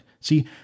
See